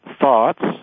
thoughts